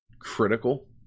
critical